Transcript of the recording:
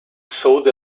sold